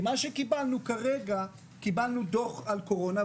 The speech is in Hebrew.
מה שקיבלנו כרגע זה דוח על קורונה,